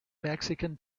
mexican